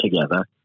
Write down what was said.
together